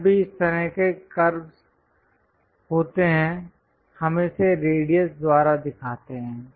जब भी इस तरह के कर्वस् होते हैं है हम इसे रेडियस द्वारा दिखाते हैं